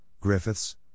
Griffiths